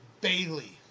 Bailey